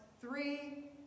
three